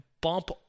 bump